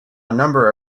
number